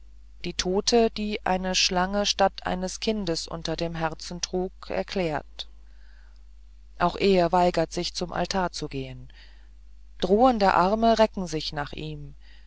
die tote die eine schlange statt eines kindes unter dem herzen trug erklärt auch er weigert sich zum altar zu gehen drohende arme recken sich nach ihm